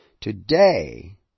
today